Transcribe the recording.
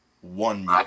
one